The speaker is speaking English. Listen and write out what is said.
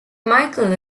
michael